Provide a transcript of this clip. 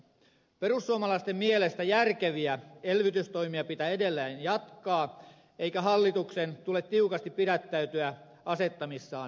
perussuomalaisten mielestä järkeviä elvytystoimia pitää edelleen jatkaa eikä hallituksen tule tiukasti pidättäytyä asettamissaan menokehyksissä